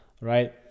right